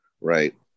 right